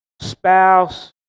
spouse